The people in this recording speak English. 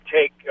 take